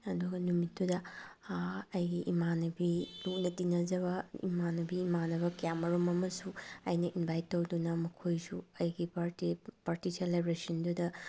ꯑꯗꯨꯒ ꯅꯨꯃꯤꯠꯇꯨꯗ ꯑꯩꯒꯤ ꯏꯃꯥꯟꯅꯕꯤ ꯂꯨꯅ ꯇꯤꯟꯅꯖꯕ ꯏꯃꯥꯟꯅꯕꯤ ꯏꯃꯥꯟꯅꯕ ꯀꯌꯥ ꯑꯃꯔꯣꯝ ꯑꯃꯁꯨ ꯑꯩꯅ ꯏꯟꯚꯥꯏꯠ ꯇꯧꯗꯨꯅ ꯃꯈꯣꯏꯁꯨ ꯑꯩꯒꯤ ꯕꯥꯔꯗꯦ ꯄꯥꯔꯇꯤ ꯁꯦꯂꯦꯕ꯭ꯔꯦꯁꯟꯗꯨꯗ